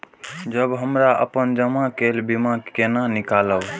जब हमरा अपन जमा केल बीमा के केना निकालब?